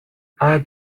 add